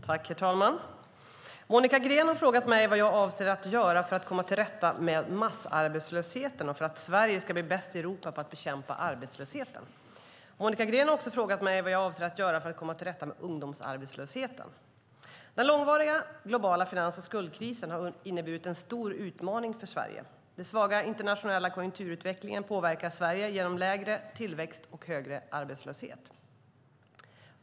Herr talman! Monica Green har frågat mig vad jag avser att göra för att komma till rätta med massarbetslösheten och för att Sverige ska bli bäst i Europa på att bekämpa arbetslösheten. Monica Green har också frågat mig vad jag avser göra för att komma till rätta med ungdomsarbetslösheten. Den långvariga globala finans och skuldkrisen har inneburit en stor utmaning för Sverige. Den svaga internationella konjunkturutvecklingen påverkar Sverige genom lägre tillväxt och högre arbetslöshet.